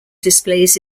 displays